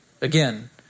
Again